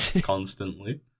constantly